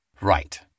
Right